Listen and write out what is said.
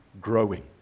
growing